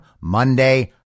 Monday